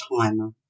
timer